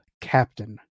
Captain